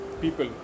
people